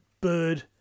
Bird